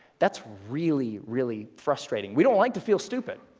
that's really, really frustrating. we don't like to feel stupid.